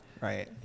right